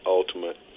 ultimate